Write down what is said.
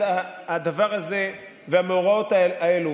הדבר הזה והמאורעות האלה,